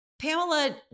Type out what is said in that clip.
Pamela